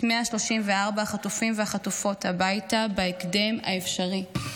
134 החטופים והחטופות הביתה בהקדם האפשרי.